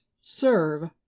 serve